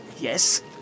yes